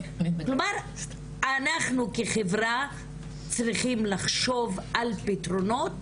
כלומר אנחנו כחברה צריכים לחשוב על פתרונות